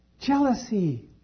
Jealousy